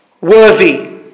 worthy